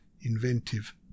inventive